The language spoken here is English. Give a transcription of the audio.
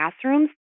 classrooms